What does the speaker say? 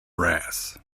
brass